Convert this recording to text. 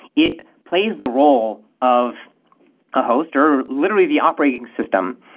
it plays the role of a host, or literally the operating system.